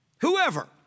Whoever